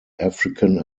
african